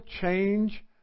change